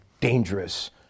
dangerous